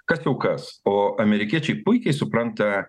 kas jau kas o amerikiečiai puikiai supranta